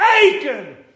Aiken